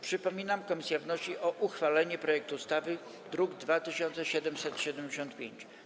Przypominam, że komisja wnosi o uchwalenie projektu ustawy, druk nr 2775.